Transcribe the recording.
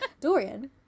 Dorian